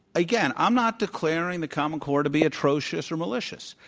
again i'm not declaring the common core to be atrocious or malicious.